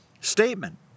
statement